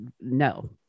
no